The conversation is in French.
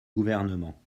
gouvernement